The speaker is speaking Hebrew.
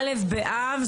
א' באב,